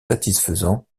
satisfaisants